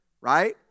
right